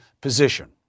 position